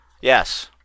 Yes